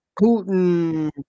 Putin